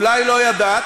אולי לא ידעת.